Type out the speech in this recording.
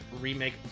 remake